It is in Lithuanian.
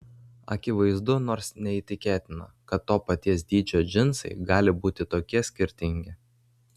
akivaizdu nors neįtikėtina kad to paties dydžio džinsai gali būti tokie skirtingi